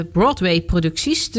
Broadway-producties